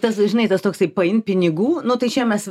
tas žinai tas toksai paimt pinigų nu tai čia mes